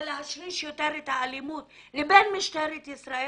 להשריש יותר את האלימות לבין משטרת ישראל?